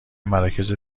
مراکز